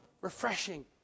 refreshing